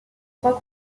trois